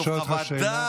אפשר לשאול אותך שאלה?